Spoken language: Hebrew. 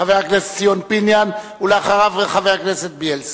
חבר הכנסת ציון פיניאן, ואחריו, חבר הכנסת בילסקי.